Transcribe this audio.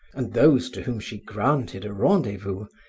and those to whom she granted a rendezvous,